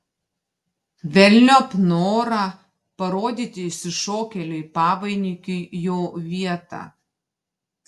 velniop norą parodyti išsišokėliui pavainikiui jo vietą